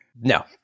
no